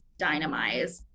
dynamize